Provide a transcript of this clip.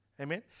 Amen